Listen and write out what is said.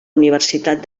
universitat